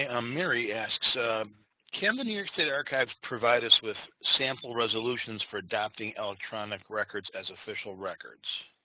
ah mary asks can the new york state archives provide us with sample resolutions for adapting electronic records as official records?